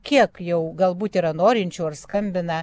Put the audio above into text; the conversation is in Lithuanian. kiek jau galbūt yra norinčių ar skambina